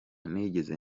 nigeze